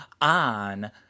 on